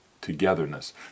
togetherness